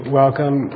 welcome